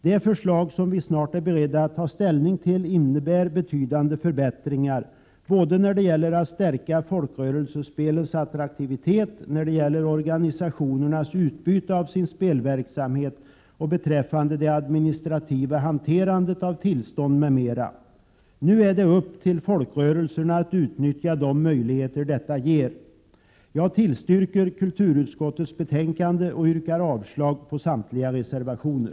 Det förslag vi snart är beredda att ta ställning till innebär betydande förbättringar när det gäller att stärka folkrörelsespelens attraktivitet, när det gäller organisationernas utbyte av sin spelverksamhet och beträffande det administrativa hanterandet — Prot. 1987/88:136 av tillstånd m.m. Nu ankommer det på folkrörelserna att utnyttja de 8 juni 1988 möjligheter detta ger. Jag yrkar bifall till kulturutskottets hemställan och avslag på samtliga reservationer.